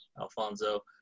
Alfonso